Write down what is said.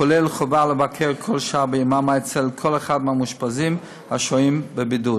כולל חובה לבקר בכל שעה ביממה אצל כל אחד מהמאושפזים השוהים בבידוד.